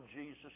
Jesus